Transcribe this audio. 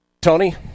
Tony